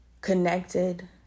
connected